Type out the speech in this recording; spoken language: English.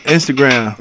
Instagram